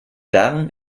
darm